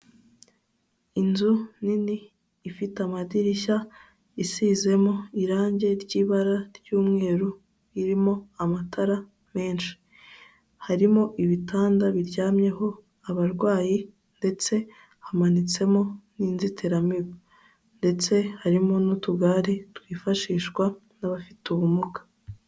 Inzu nini ifite amadirishya, isizemo irangi ry'ibara ry'umweru, irimo amatara menshi, harimo ibitanda biryamyeho abarwayi ndetse hamanitsemo n'inzitiramibu ndetse harimo n'utugare twifashishwa n'abafite ubumuga.